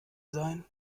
sein